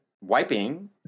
wiping